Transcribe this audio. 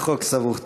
החוק סבוך.